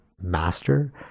master